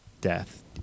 death